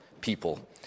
people